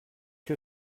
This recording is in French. que